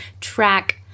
track